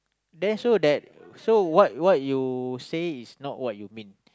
there show that show what what you say is not what you mean